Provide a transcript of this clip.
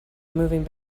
moving